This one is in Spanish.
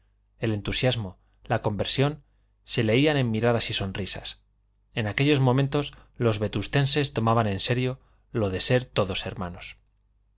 el entusiasmo la conversión se leían en miradas y sonrisas en aquellos momentos los vetustenses tomaban en serio lo de ser todos hermanos